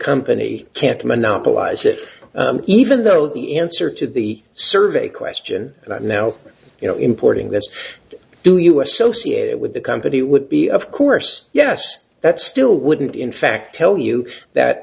company can't monopolize it even though the answer to the survey question that now you know importing this do you associate it with the company would be of course yes that still wouldn't in fact tell you that